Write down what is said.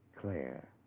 Claire